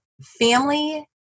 family